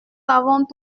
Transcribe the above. avons